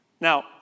Now